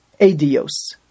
Adios